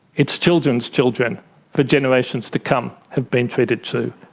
its children's children for generation to come have been treated too,